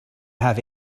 have